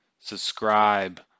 Subscribe